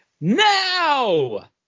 Now